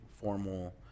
formal